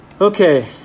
Okay